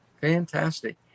fantastic